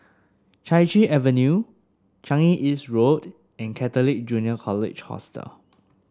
Chai Chee Avenue Changi East Road and Catholic Junior College Hostel